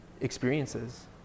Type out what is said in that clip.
experiences